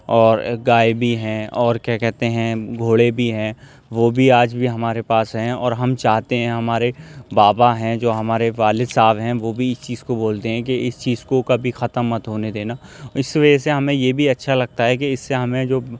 اور گائے بھی ہیں اور کیا کہتے ہیں گھوڑے بھی ہیں وہ بھی آج بھی ہمارے پاس ہیں اور ہم چاہتے ہیں ہمارے بابا ہیں جو ہمارے والد صاحب ہیں وہ بھی اس چیز کو بولتے ہیں کہ اس چیز کو کبھی ختم مت ہونے دینا اور اسی وجہ سے ہمیں یہ بھی اچھا لگتا ہے کہ اس سے ہمیں جو